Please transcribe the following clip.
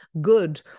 good